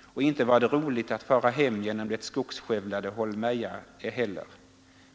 Och inte var det roligt att fara hem genom skogsskövlade Holmeja heller.